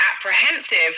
apprehensive